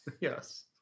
Yes